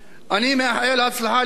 אני מאחל הצלחה לכולנו,